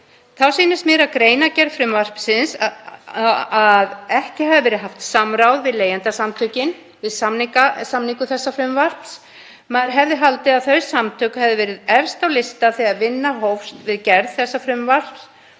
Þá sýnist mér af greinargerð frumvarpsins að ekki hafi verið haft samráð við Leigjendasamtökin við samningu þess. Maður hefði haldið að þau samtök hefðu verið efst á lista þegar vinna hófst við gerð frumvarpsins